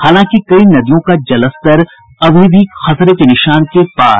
हालांकि कई नदियों का जलस्तर अभी भी खतरे के निशान के पार